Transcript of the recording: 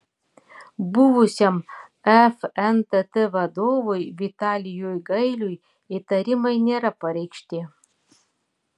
buvusiam fntt vadovui vitalijui gailiui įtarimai nėra pareikšti